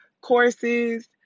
courses